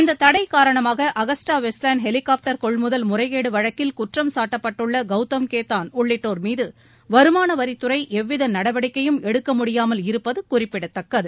இந்த தடை காரணமாக அகஸ்டா வெஸ்ட்லேண்ட் ஹெலிகாப்டர் கொள்முதல் முறைகேடு வழக்கில் குற்றம் சாட்டப்பட்டுள்ள கௌதம் கேதான் உள்ளிட்டோர் மீது வருமான வரித்துறை எவ்வித நடவடிக்கையும் எடுக்க முடியாமல் இருப்பது குறிப்பிடத்தக்கது